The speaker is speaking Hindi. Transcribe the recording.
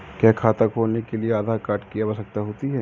क्या खाता खोलने के लिए आधार कार्ड की आवश्यकता होती है?